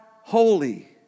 holy